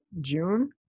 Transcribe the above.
June